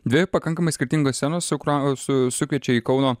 dvi pakankamai skirtingos scenos sukrausiu sukviečia į kauno